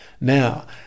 Now